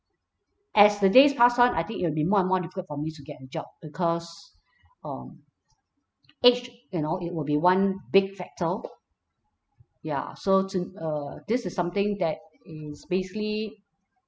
as the days pass on I think it'll be more and more difficult for me to get a job because um age you know it will be one big factor ya so to uh this is something that is basically